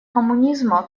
коммунизма